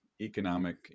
economic